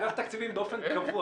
אגף התקציבים באופן קבוע,